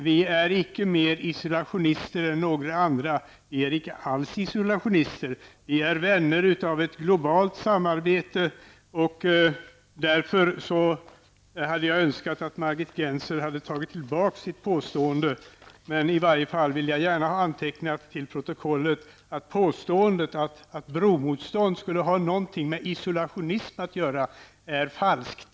Vi är icke mer isolationister än några andra. Vi är icke alls isolationister. Vi är vänner av ett globalt samarbete. Jag hade därför önskat att Margit Jag vill i varje fall till protokollet få antecknat att påståendet, att bromotståndet skulle ha någonting med isolationism att göra, är falskt.